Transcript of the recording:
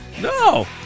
no